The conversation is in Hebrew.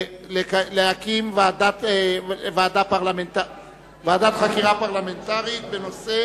הצעת חבר הכנסת יואל חסון להקים ועדת חקירה פרלמנטרית בנושא